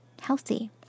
healthy